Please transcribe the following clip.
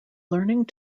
learning